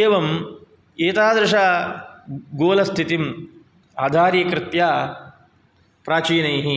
एवं एतादृशगोलस्थितिं आधारीकृत्य प्राचीनैः